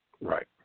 Right